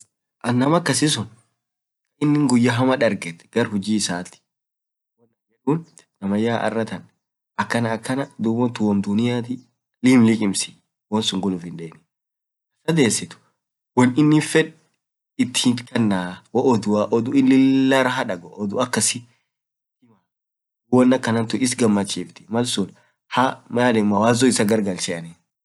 aninn naam akasii suu hoo iniin guyaa hamaa dargeet gar hujii issa suun, namayya arataan akana akana dub rale fudedi woam duniati limlikimsi woansun gul uff hindeinii taa lamesiit woan innin feed ithimaa hoo oduanen odu ininn lila fed itkanaa, woan akanan tuun isgamachift duub aksun haa mawazoo issa garr galchee.